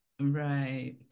Right